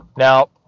Now